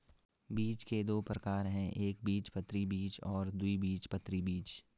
बीज के दो प्रकार है एकबीजपत्री बीज और द्विबीजपत्री बीज